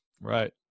Right